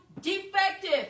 defective